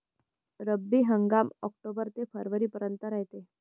रब्बीचा हंगाम आक्टोबर ते फरवरीपर्यंत रायते